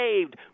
saved